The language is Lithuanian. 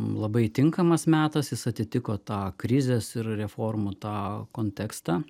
labai tinkamas metas jis atitiko tą krizės ir reformų tą kontekstą